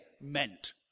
meant